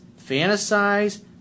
fantasize